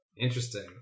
interesting